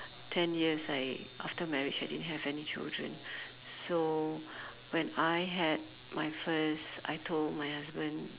ten years I after marriage I didn't have any children so when I had my first I told my husband